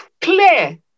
clear